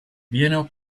viene